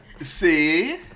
See